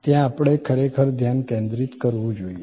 ત્યાં આપણે ખરેખર ધ્યાન કેન્દ્રિત કરવું જોઈએ